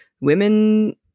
women